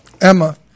Emma